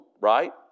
Right